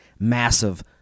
Massive